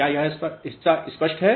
क्या यह हिस्सा स्पष्ट है